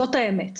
זאת האמת.